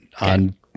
on